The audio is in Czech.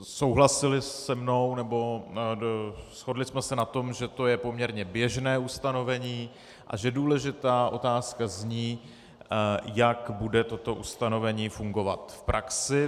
Souhlasili se mnou, nebo shodli jsme se na tom, že je poměrně běžné ustanovení a že důležitá otázka zní, jak bude toto ustanovení fungovat v praxi.